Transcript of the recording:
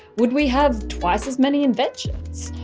would we have twice as many inventions?